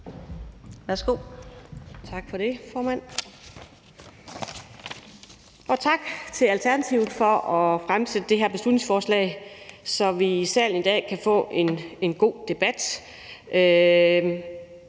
(V): Tak for det, formand. Og tak til Alternativet for at fremsætte det her beslutningsforslag, så vi kan få en god debat